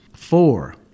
Four